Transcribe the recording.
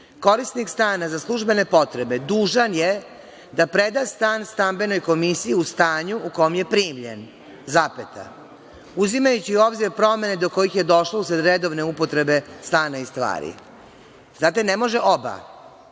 korisnik stana za službene potrebe dužan je da preda stan stambenoj komisiji u stanju u kom je primljen, uzimajući u obzir promene do kojih je došlo usled redovne upotrebe stana i stvari. Znate, ne može oba,